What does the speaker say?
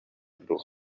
дуу